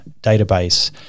database